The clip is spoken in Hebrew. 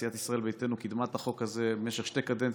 אז סיעת ישראל ביתנו קידמה את החוק הזה במשך שתי קדנציות,